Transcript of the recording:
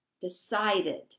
decided